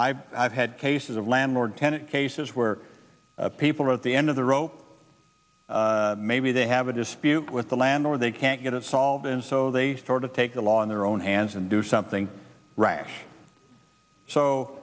i've i've had cases of landlord tenant cases where people are at the end of the rope maybe they have a dispute with the landlord they can't get it solved and so they sort of take the law in their own hands and do something rash so